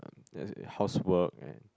housework and